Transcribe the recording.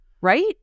Right